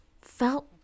felt